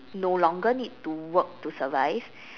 no longer need to work to survive